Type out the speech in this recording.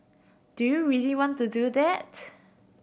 do you really want to do that